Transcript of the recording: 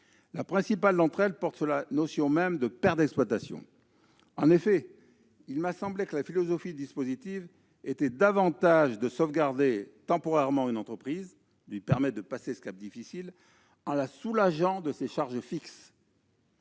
La principale porte sur la notion même de pertes d'exploitation. En effet, il m'a semblé que la philosophie du dispositif était davantage de sauvegarder temporairement une entreprise pour lui permettre de passer ce cap difficile, en la soulageant de ses charges fixes,